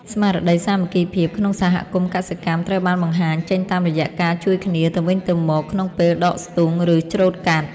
ស្មារតីសាមគ្គីភាពក្នុងសហគមន៍កសិកម្មត្រូវបានបង្ហាញចេញតាមរយៈការជួយគ្នាទៅវិញទៅមកក្នុងពេលដកស្ទូង ឬច្រូតកាត់។